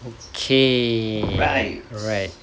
okay right